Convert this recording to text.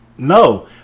No